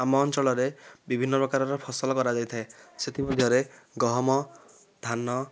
ଆମ ଅଞ୍ଚଳରେ ବିଭିନ୍ନ ପ୍ରକାରର ଫସଲ କରାଯାଇଥାଏ ସେଥି ମଧ୍ୟରେ ଗହମ ଧାନ